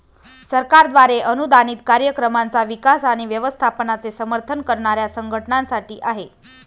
सरकारद्वारे अनुदानित कार्यक्रमांचा विकास आणि व्यवस्थापनाचे समर्थन करणाऱ्या संघटनांसाठी आहे